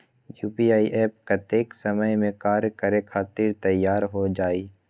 UPI app कतेइक समय मे कार्य करे खातीर तैयार हो जाई?